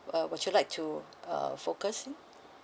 uh would you like to uh focus in